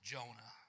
Jonah